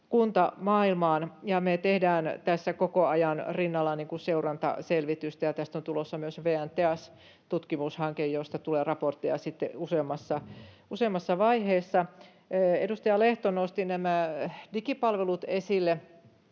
pantava merkille. Me tehdään tässä koko ajan rinnalla seurantaselvitystä, ja tästä on tulossa myös VN TEAS-tutkimushanke, josta tulee raporttia sitten useammassa vaiheessa. Edustaja Lehto nosti digipalvelut esille.